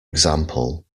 example